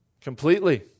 completely